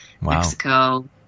Mexico